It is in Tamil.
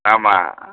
ஆமாம்